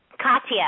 Katya